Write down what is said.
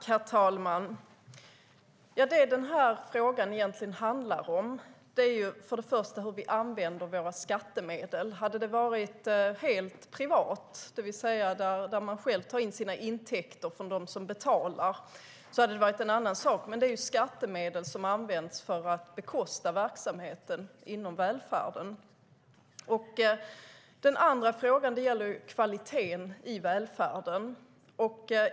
Herr talman! Det som den här frågan egentligen handlar om är för det första hur vi använder våra skattemedel. Hade det varit helt privat, det vill säga att man själv tagit in intäkterna från dem som betalar, skulle det ha varit en annan sak, men det är skattemedel som används för att bekosta verksamheten inom välfärden. För det andra handlar det om kvaliteten i välfärden.